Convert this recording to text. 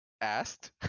Asked